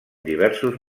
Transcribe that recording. diversos